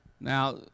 Now